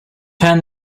turn